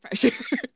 pressure